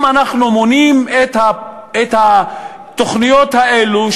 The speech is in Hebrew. אם אנחנו מונים את התוכניות האלו,